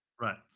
right